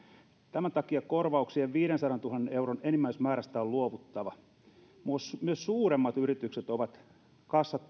tämän takia korvauksien viidensadantuhannen euron enimmäismäärästä on luovuttava myös suuremmat yritykset ovat kassat